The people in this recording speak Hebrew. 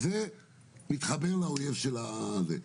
וזה מתחבר לאויב של זה,